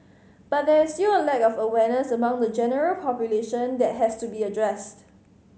but there is still a lack of awareness among the general population that has to be addressed